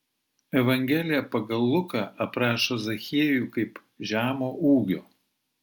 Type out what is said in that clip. evangelija pagal luką aprašo zachiejų kaip žemo ūgio